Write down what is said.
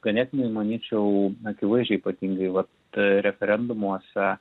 ganėtinai manyčiau akivaizdžiai ypatingai vat referendumuose